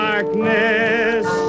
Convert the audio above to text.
Darkness